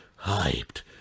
hyped